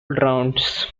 rounds